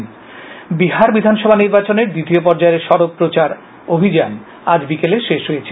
বিহার নির্বাচন বিহার বিধানসভা নির্বাচনের দ্বিতীয় পর্যায়ের সরব প্রচার অভিযান আজ বিকেলে শেষ হয়েছে